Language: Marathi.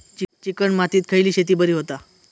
चिकण मातीत खयली शेती बरी होता?